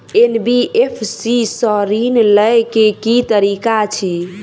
NBFC सँ ऋण लय केँ की तरीका अछि?